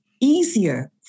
easier